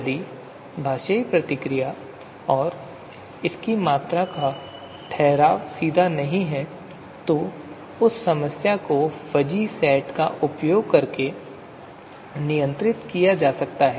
यदि भाषाई प्रतिक्रिया और इसकी मात्रा का ठहराव सीधा नहीं है तो उस समस्या को फजी सेट का उपयोग करके नियंत्रित किया जा सकता है